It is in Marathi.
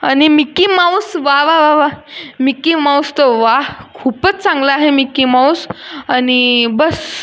आणि मिक्की माऊस वा वा वा वा मिक्की माऊस तर व्वा खूप्पच चांगला आहे मिक्की माऊस आणि बस्स